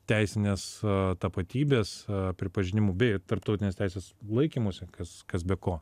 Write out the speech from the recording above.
teisinės tapatybės pripažinimu bei tarptautinės teisės laikymosi kas kas be ko